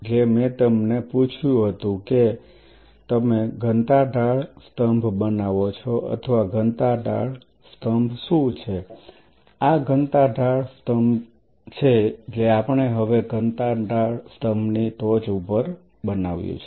જે મેં તમને પૂછ્યું હતું કે તમે ઘનતા ઢાળ સ્તંભ બનાવો છો અને ઘનતા ઢાળ સ્તંભ શું છે આ ઘનતા ઢાળ સ્તંભ છે જે આપણે હવે ઘનતા ઢાળ સ્તંભની ટોચ પર બનાવ્યું છે